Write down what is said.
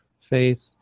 faith